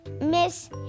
Miss